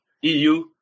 EU